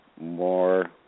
more